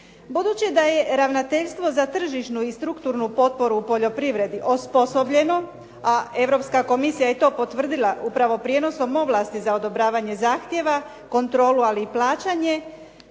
Budući da je ravnateljstvo za tržišnu i strukturnu potporu u poljoprivredi osposobljeno, a Europska komisija je to potvrdila upravo prijenosom ovlasti za odobravanje zahtijeva, kontrolu ali i plaćanje